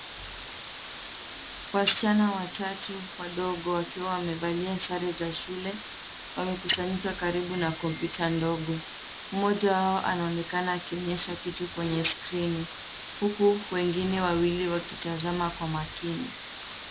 Wasichana watatu wadogo wakiwa wamevalia sare za shule, wamekusanyika karibu na kompyuta ndogo. Mmoja wao anaonekana akionyesha kitu kwenye skrini huku wengine wawili wakitazama kwa makini.